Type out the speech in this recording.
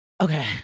Okay